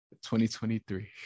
2023